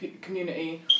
community